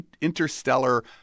interstellar